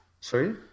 Sorry